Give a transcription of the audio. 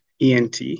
ENT